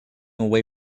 away